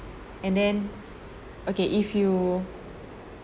and then okay if you